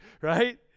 right